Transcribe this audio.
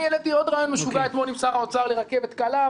אני העליתי עוד רעיון משוגע אתמול עם שר האוצר לרכבת קלה,